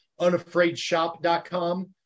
unafraidshop.com